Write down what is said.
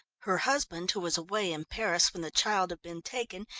her husband who was away in paris when the child had been taken,